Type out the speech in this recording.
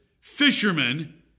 fishermen